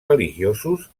religiosos